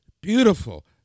beautiful